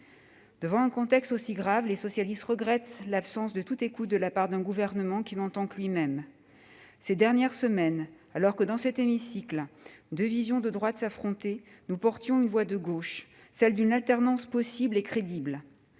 Dans un contexte aussi grave, les socialistes regrettent l'absence de toute écoute de la part d'un gouvernement qui n'entend que lui-même. Ces dernières semaines, alors que, dans cet hémicycle, deux visions de droite s'affrontaient, nous portions une voix de gauche, celle d'une alternance possible et crédible.